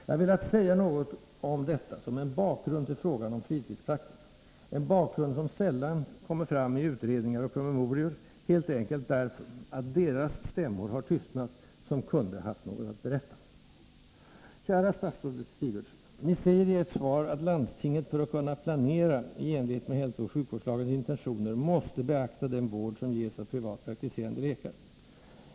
Jag har velat säga något om detta som en bakgrund till frågan om fritidspraktiker, en bakgrund som sällan kommer fram i utredningar och promemorior, helt enkelt därför att deras stämmor tystnat som kunde ha haft något att berätta. Kära statsrådet Sigurdsen! Ni säger i ert svar att landstinget ”för att kunna planera” i enlighet med hälsooch sjukvårdslagens intentioner måste ”beakta den vård som ges av privat praktiserande läkare”.